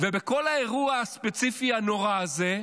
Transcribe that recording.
ובכל האירוע הספציפי הנורא הזה,